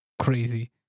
crazy